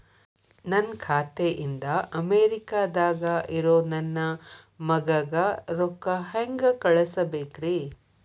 ನನ್ನ ಖಾತೆ ಇಂದ ಅಮೇರಿಕಾದಾಗ್ ಇರೋ ನನ್ನ ಮಗಗ ರೊಕ್ಕ ಹೆಂಗ್ ಕಳಸಬೇಕ್ರಿ?